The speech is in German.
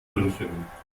münchen